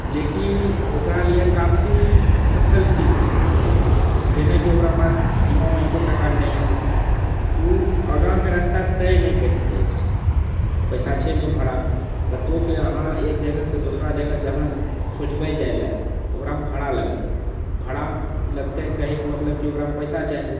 जेकि ओकरा लिअऽ काफी सफल सिद्ध भेल किआकि ओकरा पास जिम्मामे एको टका नहि छलेै ओ आगाँके रास्ता तय नहि कए सकै छलै पैसा छै नहि भाड़ा कतहुँके अहाँ एक जगहसँ दोसरा जगह जहाँ सोचबै जाए लए तऽ ओकरामे भाड़ा लागत भाड़ा लगतै कहेैके मतलब कि ओकरामे पैसा चाही